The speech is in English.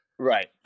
Right